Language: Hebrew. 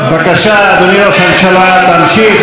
בבקשה, אדוני ראש הממשלה, תמשיך.